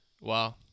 Wow